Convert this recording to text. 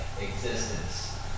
existence